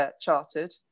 chartered